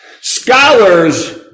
scholars